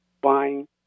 buying